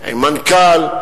עם מנכ"ל,